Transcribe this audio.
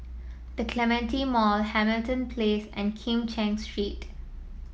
The Clementi Mall Hamilton Place and Kim Cheng Street